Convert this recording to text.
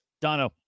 Dono